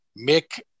mick